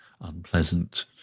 unpleasant